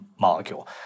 molecule